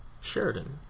Sheridan